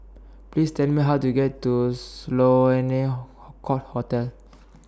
Please Tell Me How to get to Sloane Court Hotel